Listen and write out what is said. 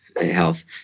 health